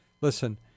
listen